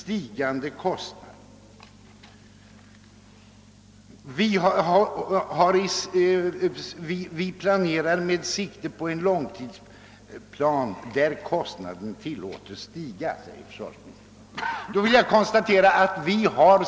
Vi arbetar med en långtidsplan, där kostnaden tillåts stiga, sade försvarsministern.